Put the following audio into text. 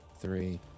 three